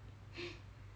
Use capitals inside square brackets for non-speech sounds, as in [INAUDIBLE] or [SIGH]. [LAUGHS]